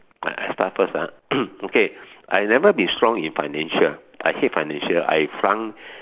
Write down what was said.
I start first ah okay I never be strong in financial I hate financial I flunk